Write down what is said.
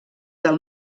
del